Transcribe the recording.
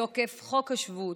מתוקף חוק השבות,